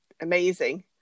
amazing